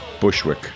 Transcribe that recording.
Bushwick